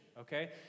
okay